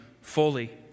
fully